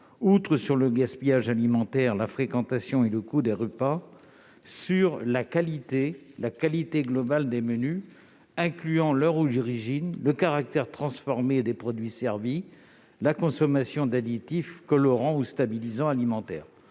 outre le gaspillage alimentaire, la fréquentation et le coût des repas, aborde également la qualité globale des menus, en incluant leur origine, le caractère transformé des produits servis et la consommation d'additifs, colorants ou stabilisants alimentaires.